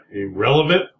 Irrelevant